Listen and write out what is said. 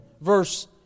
verse